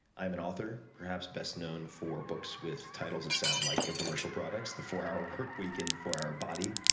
i am an author, perhaps best known for books with titles that sound like infomercial products the four hour work week and the four hour body,